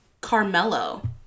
Carmelo